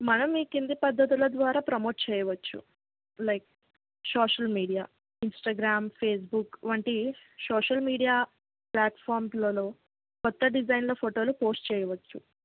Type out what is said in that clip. మనం ఈ కింది పద్ధతుల ద్వారా ప్రమోట్ చెయ్యవచ్చు like social media Instagram Facebook వంటి సోషల్మీడియా ప్లాట్ఫామ్స్లలో కొత్త డిజైన్ల ఫోటోలు పోస్ట్ చెయ్యవచ్చు